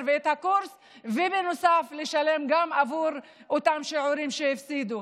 ואת הקורס ובנוסף לשלם עבור אותם שיעורים שהפסידו.